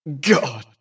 God